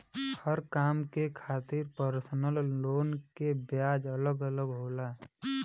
हर काम के खातिर परसनल लोन के ब्याज अलग अलग होला